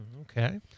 Okay